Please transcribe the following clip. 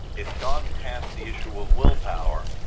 it's gone past the issue of willpower.